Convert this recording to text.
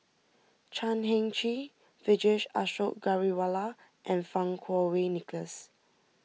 Chan Heng Chee Vijesh Ashok Ghariwala and Fang Kuo Wei Nicholas